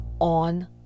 on